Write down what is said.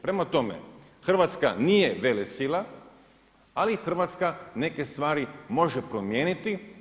Prema tome, Hrvatska nije velesila ali Hrvatska neke stvari može promijeniti.